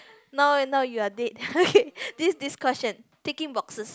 no no you're dead okay this this question ticking boxes